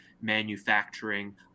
manufacturing